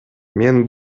мен